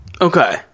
Okay